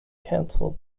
cancel